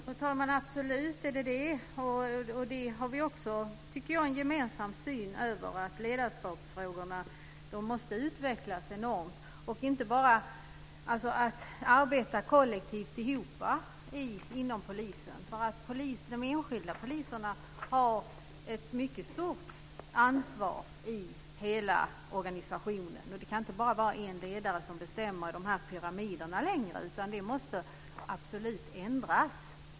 Fru talman! Det är det absolut. Jag tycker också att vi har en gemensam syn på att ledarskapsfrågorna måste utvecklas enormt. Man ska inte bara arbeta kollektivt inom polisen. De enskilda poliserna har ett mycket stort ansvar i hela organisationen. Det kan inte längre bara vara en ledare som bestämmer i de här pyramiderna. Det måste absolut ändras.